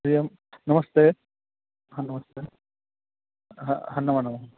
हरि ओं नमस्ते हा नमस्ते हा हा नमोनमः